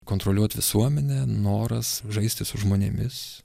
kontroliuot visuomenę noras žaisti su žmonėmis